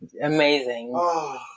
Amazing